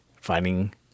finding